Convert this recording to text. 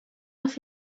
off